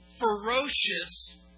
ferocious